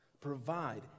provide